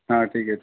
হ্যাঁ ঠিক আছে